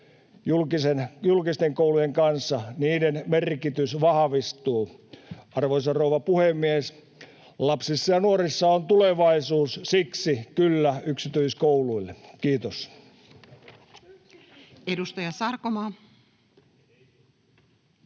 julkisten koulujen kanssa, niiden merkitys vahvistuu. Arvoisa rouva puhemies! Lapsissa ja nuorissa on tulevaisuus, siksi ”kyllä” yksityiskouluille. — Kiitos.